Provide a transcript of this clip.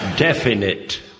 Definite